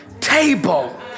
table